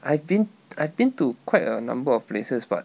I've been I've been to quite a number of places but